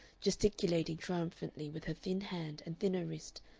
gesticulating triumphantly with her thin hand and thinner wrist,